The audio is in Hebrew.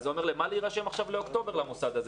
למה להירשם עכשיו לאוקטובר למוסד הזה,